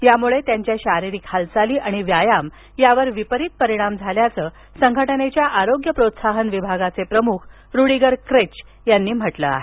त्यामुळे त्यांच्या शारीरिक हालचाली आणि व्यायाम यावर विपरीत परिणाम झाल्याचं संघटनेच्या आरोग्य प्रोत्साहन विभागाचे प्रमुख रुडीगर क्रेच यांनी म्हटलं आहे